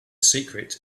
secret